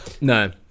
no